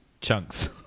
Chunks